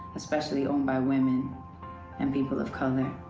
especially owned by women and people of color.